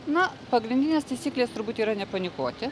na pagrindinės taisyklės turbūt yra nepanikuoti